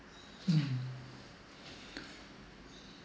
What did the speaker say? mm